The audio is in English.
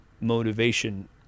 motivation